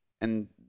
And-